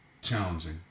challenging